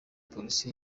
polisi